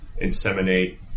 inseminate